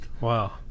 Wow